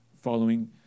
following